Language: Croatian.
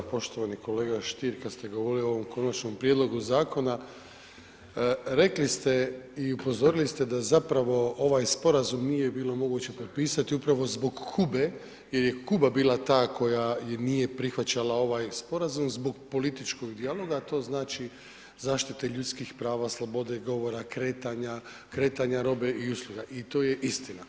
Poštovani kolega Stier, kad ste govorili o ovom konačnom prijedlogu zakona rekli ste i upozorili ste da zapravo ovaj sporazum nije bilo moguće potpisati upravo zbog Kube jer je Kuba bila ta koja nije prihvaćala ovaj sporazum zbog političkog dijaloga, a to znači zaštite ljudskih prava, slobode i govora kretanja, kretanja robe i usluga, i to je istina.